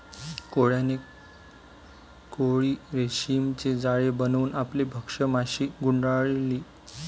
कोळ्याने कोळी रेशीमचे जाळे बनवून आपली भक्ष्य माशी गुंडाळली